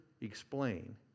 explain